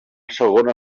segona